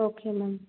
okay ma'am